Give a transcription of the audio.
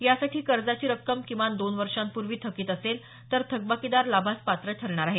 यासाठी कर्जाची रक्कम किमान दोन वर्षांपूर्वी थकीत असेल तर थकबाकीदार लाभास पात्र ठरणार आहे